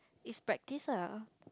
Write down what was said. is practice ah